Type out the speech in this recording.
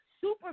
super